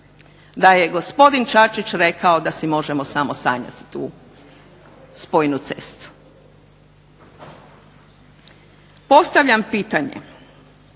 da je gospodin Čačić rekao da si možemo samo sanjati tu spojnu cestu. Postavljam pitanje